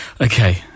Okay